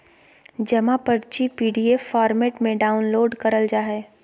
जमा पर्ची PDF format में डाउनलोड करल जा हय